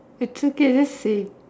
it's okay just say